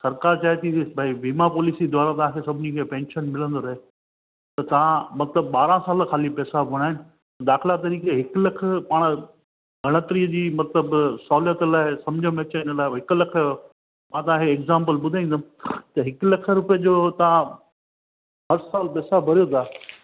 सरिकार चाहे थी ॾिसु भाई वीमा पॉलिसी द्वारा तव्हांखे सभिनी खे पेंशन मिलंदो रहे त तव्हां मतिलबु ॿारहां साल ख़ाली पैसा भरिणा आहिनि दाख़िला तरीक़े हिकु लखु पाण ॻणत्रीअ जी मतिलबु सहुलियत लाइ सम्झ में अचे इन लाइ भाई हिकु लख जो मां तव्हांखे एक्झांपल ॿुधाईंदुमि त हिकु लखु रुपए जो तव्हां हर साल पैसा भरियो था